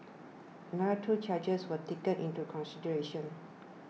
another two charges were taken into consideration